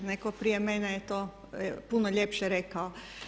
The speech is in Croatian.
Netko prije mene je to puno ljepše rekao.